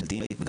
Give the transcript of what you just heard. ממשלתיים וכו',